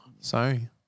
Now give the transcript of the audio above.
Sorry